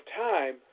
time